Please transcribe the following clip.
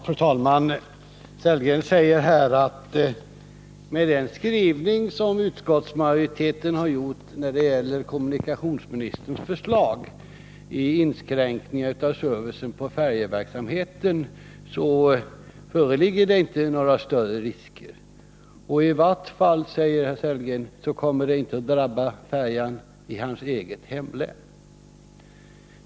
Fru talman! Rolf Sellgren säger här, att med den skrivning som Tisdagen den utskottsmajoriteten gjort i fråga om kommunikationsministerns förslag till 16 december 1980 inskränkningar i servicen på färjeverksamheten, föreligger inte några större risker. I vart fall, säger Rolf Sellgren, kommer det inte att drabba färjan i hans eget hemlän.